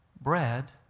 Bread